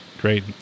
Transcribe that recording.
great